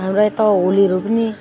हाम्रो यता होलीहरू पनि